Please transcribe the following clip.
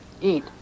eat